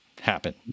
happen